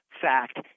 fact